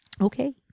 Okay